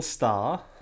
star